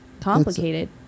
complicated